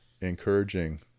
encouraging